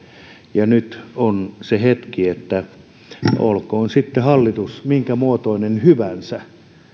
ja nyt on se hetki olkoon sitten hallitus minkä muotoinen hyvänsä